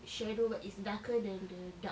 shadow it's darker than the dark